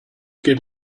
give